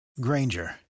Granger